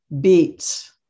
beets